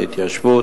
ההתיישבות,